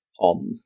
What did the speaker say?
on